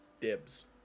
Dibs